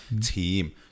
team